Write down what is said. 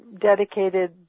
dedicated